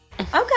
Okay